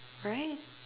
right